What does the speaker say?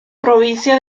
provincia